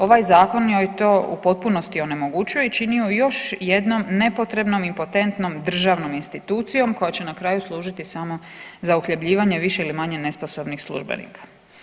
Ovaj zakon joj to u potpunosti onemogućuje i čini ju još jednom nepotrebnom, impotentnom državnom institucijom koja će na kraju služiti samo za uhljebljivanje više ili manje nesposobnih službenika.